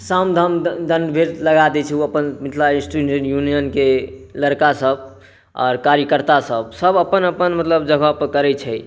साम दाम दण्ड भेद लगा दै छै ओ अपन मिथिला एसटूडेन्ट यूनियनके लड़कासब आओर कार्यकर्तासब सब अपन अपन मतलब जगहपर करै छै